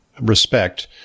respect